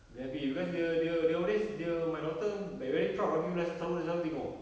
dia happy because dia dia dia always dia my daughter like very proud of you leh se~ selalu dia selalu tengok